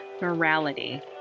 Morality